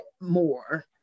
more